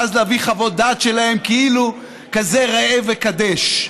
ואז להביא חוות דעת שלהם כאילו כזה ראה וקדש: